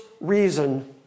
reason